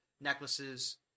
necklaces